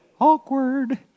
awkward